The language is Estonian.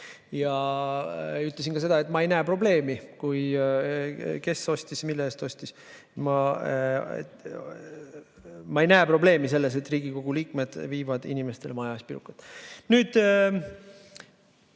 ja ütlesin ka seda, et ma ei näe probleemi selles, kes ostis ja mille eest ostis. Ma ei näe probleemi selles, kui Riigikogu liikmed viivad inimestele maja ees pirukaid. Nüüd